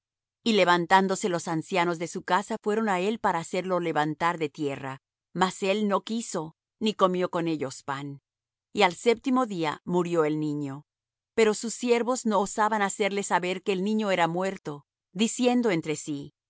y levantándose los ancianos de su casa fueron á él para hacerlo levantar de tierra mas él no quiso ni comió con ellos pan y al séptimo día murió el niño pero sus siervos no osaban hacerle saber que el niño era muerto diciendo entre sí